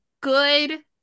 good